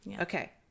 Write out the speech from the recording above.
okay